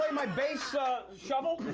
my bass ah shovel?